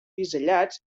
bisellats